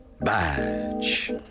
badge